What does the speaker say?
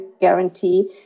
guarantee